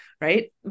Right